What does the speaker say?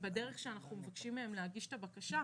בדרך שבה אנחנו מבקשים מהם להגיש את הבקשה.